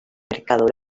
mercado